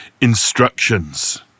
instructions